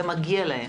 ומגיע להם.